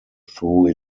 through